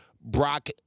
Brock